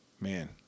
man